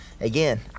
Again